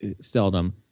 seldom